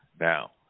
Now